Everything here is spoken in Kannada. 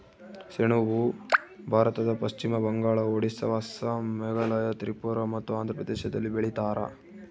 ಸೆಣಬು ಭಾರತದ ಪಶ್ಚಿಮ ಬಂಗಾಳ ಒಡಿಸ್ಸಾ ಅಸ್ಸಾಂ ಮೇಘಾಲಯ ತ್ರಿಪುರ ಮತ್ತು ಆಂಧ್ರ ಪ್ರದೇಶದಲ್ಲಿ ಬೆಳೀತಾರ